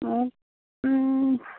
অঁ